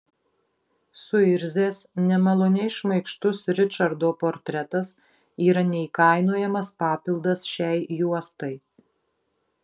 suirzęs nemaloniai šmaikštus ričardo portretas yra neįkainojamas papildas šiai juostai